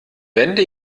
wände